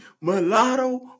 mulatto